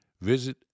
visit